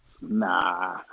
Nah